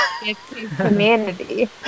humanity